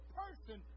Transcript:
person